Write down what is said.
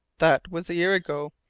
that was a year ago,